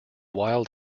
wild